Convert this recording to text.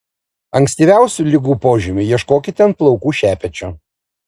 ankstyviausių ligų požymių ieškokite ant plaukų šepečio